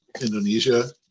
Indonesia